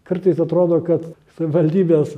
kartais atrodo kad savivaldybės